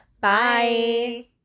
Bye